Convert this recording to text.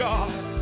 God